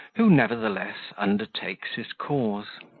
who, nevertheless, undertakes his cause.